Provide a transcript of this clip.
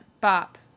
bop